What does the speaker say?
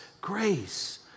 grace